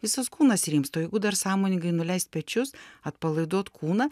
visas kūnas rimsta jeigu dar sąmoningai nuleist pečius atpalaiduot kūną